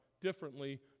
differently